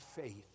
faith